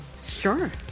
Sure